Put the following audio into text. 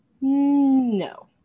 no